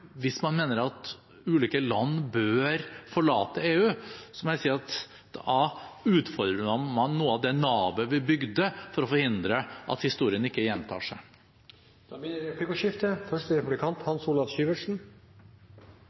hvis man mener at ulike land bør forlate EU, må jeg si at da utfordrer man noe av det navet vi bygde for å forhindre at historien gjentar seg. Det blir replikkordskifte. Jeg er glad for utenriksministerens signaler når det